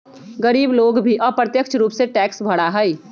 गरीब लोग भी अप्रत्यक्ष रूप से टैक्स भरा हई